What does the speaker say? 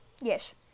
yes